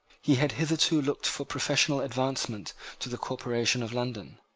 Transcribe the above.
he had hitherto looked for professional advancement to the corporation of london.